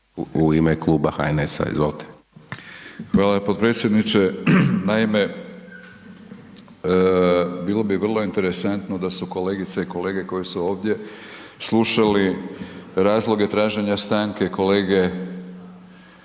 Milorad (HNS)** Hvala potpredsjedniče. Naime, bilo bi vrlo interesantno da su kolegice i kolege koji su ovdje slušali razloge traženje stanke, kolege